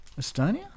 Estonia